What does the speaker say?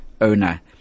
owner